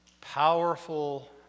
powerful